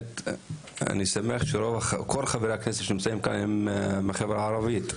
אני שמח שכל חברי הכנסת שנמצאים כאן הם מהחברה הערבית.